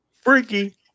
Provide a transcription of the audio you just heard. Freaky